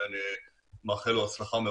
מאחל לו הצלחה,